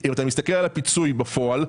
אם אתה מסתכל על הפיצוי בפועל,